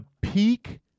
peak